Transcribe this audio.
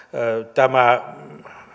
tämä